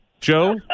Joe